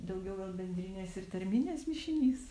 daugiau gal bendrinės ir tarminės mišinys